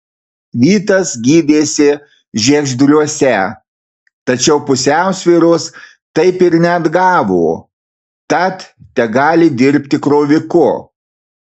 vytas gydėsi žiegždriuose tačiau pusiausvyros taip ir neatgavo tad tegali dirbti kroviku